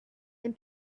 and